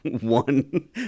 one